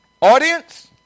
Audience